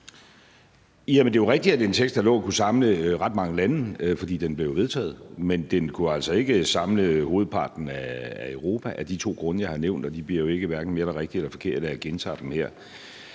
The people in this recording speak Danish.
Det er jo rigtigt, at den tekst, der lå der, kunne samle ret mange lande, for den blev vedtaget. Men den kunne altså ikke samle hovedparten af Europa af de to grunde, jeg har nævnt, og de bliver jo hverken mere rigtige eller mere forkerte af, at jeg gentager dem her.